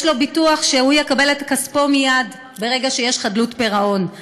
יש לו ביטוח שהוא יקבל את כספו מייד ברגע שיש חדלות פירעון.